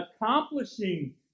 accomplishing